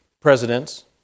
presidents